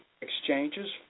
exchanges